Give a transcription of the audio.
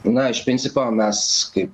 na iš principo mes kaip